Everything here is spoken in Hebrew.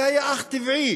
זה היה אך טבעי,